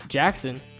Jackson